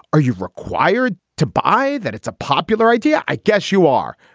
are you required to buy that it's a popular idea. i guess you are.